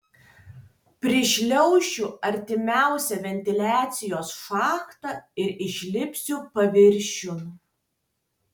prišliaušiu artimiausią ventiliacijos šachtą ir išlipsiu paviršiun